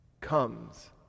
comes